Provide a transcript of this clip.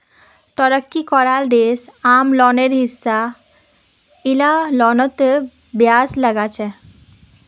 तरक्की कराल देश आम लोनेर हिसा इला लोनतों ब्याज लगाछेक